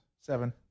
Seven